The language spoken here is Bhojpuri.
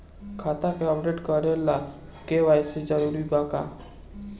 खाता के अपडेट करे ला के.वाइ.सी जरूरी बा का?